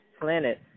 planet